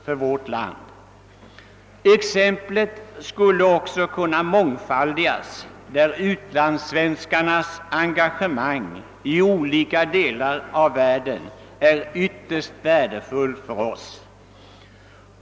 Och många fler exempel av detta slag, som visar, hur utlandssvenskarnas engagemang i olika delar av världen är ytterst värdefullt för oss, skulle kunna anföras.